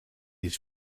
his